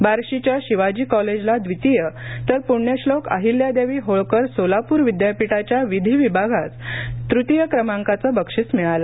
बार्शींच्या शिवाजी कॉलेजला द्वितीय तर पूण्यश्लोक अहिल्यादेवी होळकर सोलापूर विद्यापीठाच्या विधिविभागास तृतीय क्रमांकाचं बक्षीस मिळालं